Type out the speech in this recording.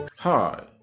hi